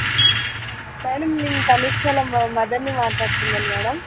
madam నేను తనుష్ వాళ్ళ మ మదర్ని మాట్లాడుతున్నాను మ్యాడమ్